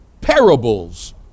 parables